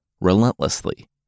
relentlessly